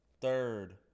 Third